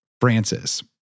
Francis